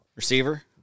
Receiver